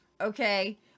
Okay